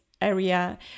area